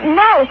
no